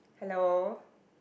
hello